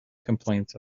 complaints